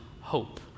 hope